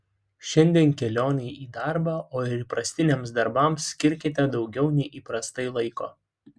šiandien kelionei į darbą o ir įprastiniams darbams skirkite daugiau nei įprastai laiko